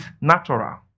natural